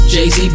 Jay-Z